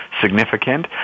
significant